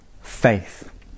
faith